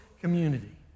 community